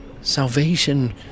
Salvation